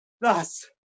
Thus